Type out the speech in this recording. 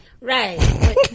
right